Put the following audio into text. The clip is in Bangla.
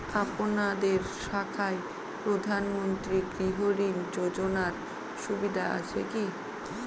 আপনাদের শাখায় প্রধানমন্ত্রী গৃহ ঋণ যোজনার সুবিধা আছে কি?